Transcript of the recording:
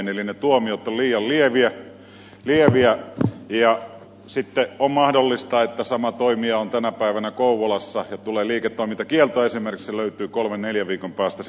eli ne tuomiot ovat liian lieviä ja sitten on mahdollista että kun toimija on tänä päivänä kouvolassa ja tulee liiketoimintakielto esimerkiksi se sama löytyy kolmen neljän viikon päästä sitten joensuusta